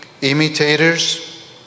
imitators